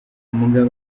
mbwa